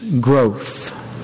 growth